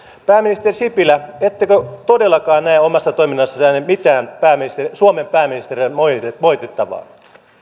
pääministeri sipilä ettekö todellakaan näe omassa toiminnassanne mitään suomen pääministerille moitittavaa moitittavaa